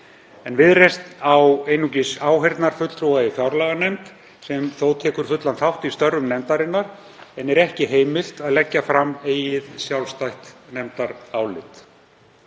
Viðreisn á einungis áheyrnarfulltrúa í fjárlaganefnd, sem þó tekur fullan þátt í störfum nefndarinnar en er ekki heimilt að leggja fram eigið sjálfstætt nefndarálit.